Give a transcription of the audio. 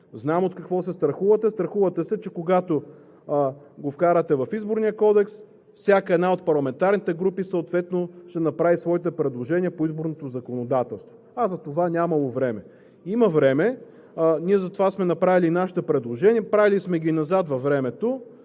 Знам от какво се страхувате – страхувате се, че когато го вкарате в Изборния кодекс, всяка една от парламентарните групи съответно ще направи своите предложения по изборното законодателство, а за това нямало време. Има време. Ние затова сме направили нашите предложения, правили сме ги и назад във времето